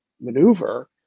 maneuver